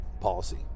policy